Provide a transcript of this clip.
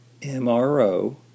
MRO